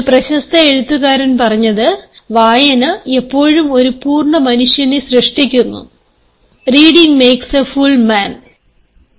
ഒരു പ്രശസ്ത എഴുത്തുകാരൻ പറഞ്ഞത് "വായന എപ്പോഴും ഒരു പൂർണ്ണ മനുഷ്യനെ സൃഷ്ടിക്കുന്നു" "Reading maketh a full man" വായന ഒരാളെ ഒരു പൂർണ്ണ മനുഷ്യനാക്കുന്നു